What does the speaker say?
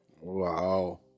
wow